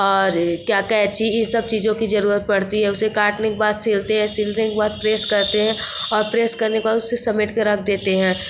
और क्या कैंची इन सब चीज़ों की ज़रूरत पड़ती है उसे काटने के बाद सिलते हैं सिलने के बाद प्रेस करते हैं और प्रेस करने के बाद उसे समेट के रख देते हैं